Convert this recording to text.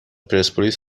پرسپولیس